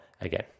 again